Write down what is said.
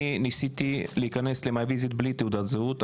אני ניסיתי להיכנס ל-My Visit ללא תעודת זהות,